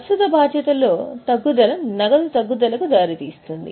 ప్రస్తుత బాధ్యతలో తగ్గుదల నగదు తగ్గుదలకు దారితీస్తుంది